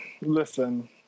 listen